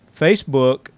Facebook